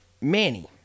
Manny